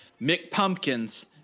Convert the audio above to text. McPumpkins